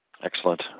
Excellent